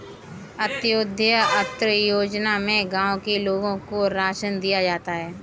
अंत्योदय अन्न योजना में गांव के लोगों को राशन दिया जाता है